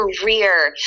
career